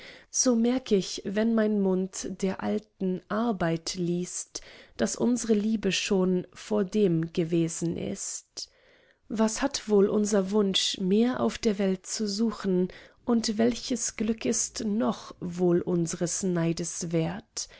so merk ich wenn mein mund der alten arbeit liest daß unsre liebe schon vor dem gewesen ist was hat wohl unser wunsch mehr auf der welt zu suchen und welches glück ist noch wohl unsers neides wert